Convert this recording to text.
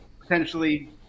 potentially